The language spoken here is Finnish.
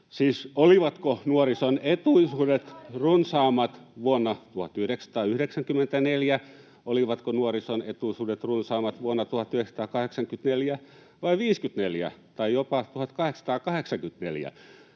olivatko nuorison etuisuudet runsaammat vuonna 1984, vai 1954, tai jopa 1884?